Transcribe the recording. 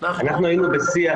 היינו בשיח